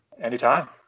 Anytime